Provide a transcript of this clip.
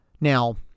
now